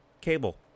cable